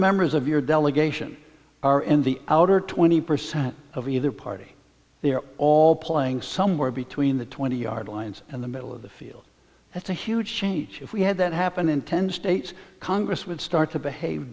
members of your delegation are in the outer twenty percent of either party they're all playing somewhere between the twenty yard lines and the middle of the field that's a huge change if we had that happen in ten states congress would start to behave